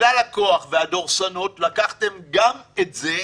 בגלל הכוח והדורסנות לקחתם את זה,